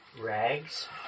Rags